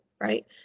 right